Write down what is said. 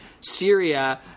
Syria